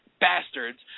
bastards